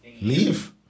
leave